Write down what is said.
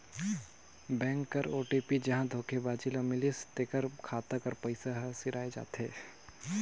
mobile कर OTP जहां धोखेबाज ल मिलिस तेकर खाता कर पइसा हर सिराए जाथे